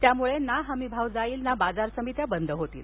त्यामुळे ना हमी भाव जाईल ना बाजार समित्या बंद होतील